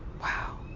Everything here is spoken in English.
Wow